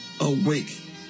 awake